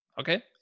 Okay